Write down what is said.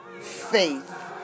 faith